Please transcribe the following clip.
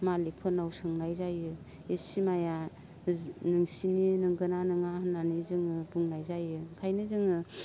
मालिखफोरनाव सोंनाय जायो इ सिमाया नोंसिनि नंगौना नोङा होननानै जोङो बुंनाय जायो ओंखायनो जोङो